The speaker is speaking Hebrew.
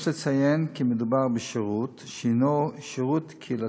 יש לציין כי מדובר בשירות שהנו קהילתי,